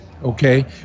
okay